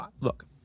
look